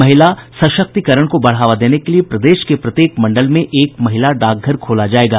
महिला सशक्तिकरण को बढ़ावा देने के लिए प्रदेश के प्रत्येक मंडल में एक महिला डाकघर खोला जाएगा